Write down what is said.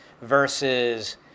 versus